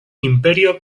imperio